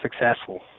successful